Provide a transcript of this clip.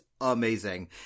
amazing